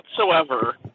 whatsoever